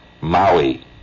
Maui